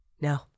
No